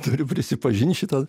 turiu prisipažint šitą